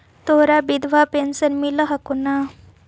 तोहरा विधवा पेन्शन मिलहको ने?